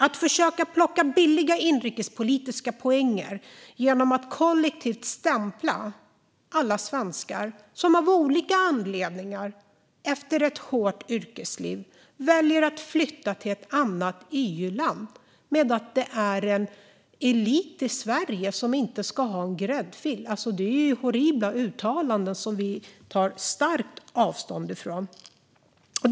Att försöka plocka billiga inrikespolitiska poäng genom att kollektivt stämpla alla svenskar som av olika anledningar efter ett hårt yrkesliv väljer att flytta till ett annat EU-land med att det är en elit i Sverige som inte ska ha en gräddfil är horribla uttalanden. Vi tar starkt avstånd från dem.